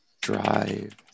Drive